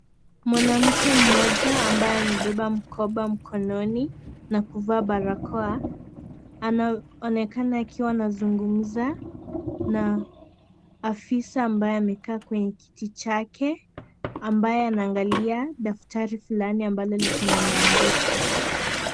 Mwanamke mmoja ambaye amebeba mkoba mkonoi na kuvaa barakoa anaonekana akiwa anazungumza na afisa ambaye amekaa kwenye kiti chake ambaye anaangalia daftari fulani ambalo likona maandishi.